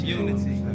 unity